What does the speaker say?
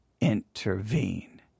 intervene